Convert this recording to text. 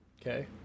Okay